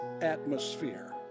atmosphere